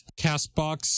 CastBox